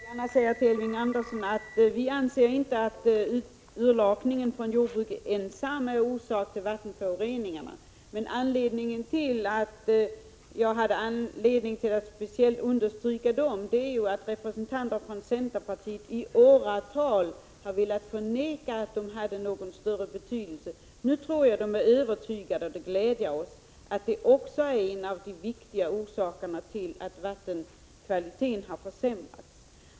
Herr talman! Jag vill gärna säga till Elving Andersson att vi inte anser att urlakningen från jordbruket ensam är orsak till vattenföroreningarna. Men anledningen till att jag speciellt ville understryka den frågan är att representanter från centerpartiet i åratal har förnekat att den hade någon större betydelse. Nu tror jag att de är övertygade om, vilket gläder oss, att också detta är en viktig orsak till att vattenkvaliteten har försämrats.